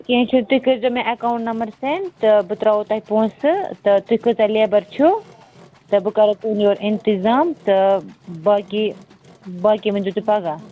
کینٛہہ چھُنہٕ تُہۍ کٔرزیٚو مےٚ ایٚکاوُنٹ نمبر سیٚنڈ تہٕ بہٕ تراوہو تۄہہِ پونٛسہٕ تہٕ تُہۍ کۭژاہ لیبر چھو تہٕ بہٕ کرو توہہِ یورٕ اِنتظام تہٕ باقٕے باقٕے ؤنزیٚو تُہۍ پَگاہ